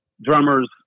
drummers